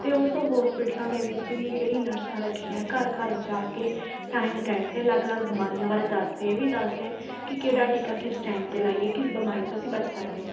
ਅਤੇ ਉਸ ਹੋਸਪੀਟਲਾਂ ਦੇ ਵਿੱਚ ਵੀ ਜਿਹੜੀ ਨਰਸਾਂ ਰੱਖੀਆਂ ਘਰ ਘਰ ਜਾ ਕੇ ਟਾਈਮ ਟਾਈਮ 'ਤੇ ਅਲੱਗ ਅਲੱਗ ਬਿਮਾਰੀਆਂ ਬਾਰੇ ਦੱਸਦੇ ਇਹ ਵੀ ਦੱਸਦੇ ਕਿ ਕਿਹੜਾ ਟੀਕਾ ਕਿਸ ਟਾਈਮ 'ਤੇ ਲਾਈਏ ਕਿਸ ਬਿਮਾਰੀ ਤੋਂ ਅਸੀਂ ਬਚ ਸਕਦੇ ਹਾਂ